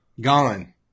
gone